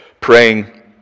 praying